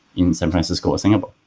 in san francisco or singapore.